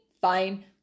fine